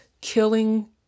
killing